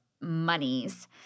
monies